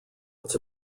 its